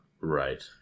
Right